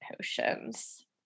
potions